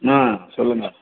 சொல்லுங்கள்